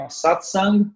satsang